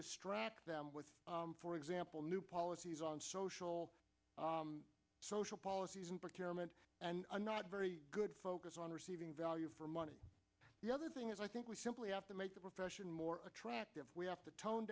distract them with for example new policies on social all social policies and protect women and a not very good focus on receiving value for money the other thing is i think we simply have to make the profession more attractive we have to tone